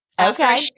okay